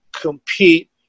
compete